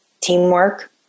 teamwork